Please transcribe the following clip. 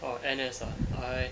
orh N_S ah I